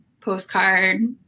postcard